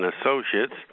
Associates